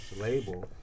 label